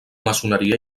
maçoneria